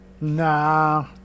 Nah